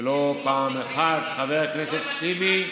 חבר הכנסת טיבי,